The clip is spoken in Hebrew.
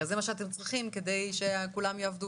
כי הרי זה מה שאתם צריכים כדי שכולם יעבדו